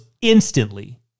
instantly